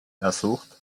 ersucht